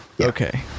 Okay